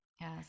Yes